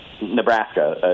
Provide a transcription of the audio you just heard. Nebraska